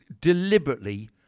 deliberately